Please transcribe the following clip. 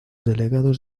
delegados